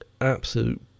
Absolute